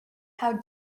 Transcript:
how